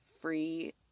free